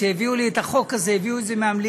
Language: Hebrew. כשהביאו לי את החוק הזה, הביאו את זה מהמליאה.